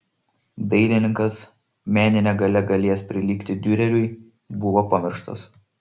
dailininkas menine galia galėjęs prilygti diureriui buvo pamirštas